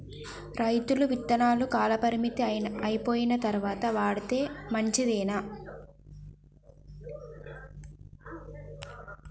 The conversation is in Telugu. రైతులు విత్తనాల కాలపరిమితి అయిపోయిన తరువాత వాడితే మంచిదేనా?